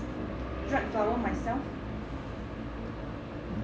dried flower myself